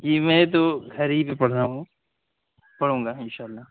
جی میں تو گھر ہی پہ پڑھ رہا ہوں پڑھوں گا ان شاء اللہ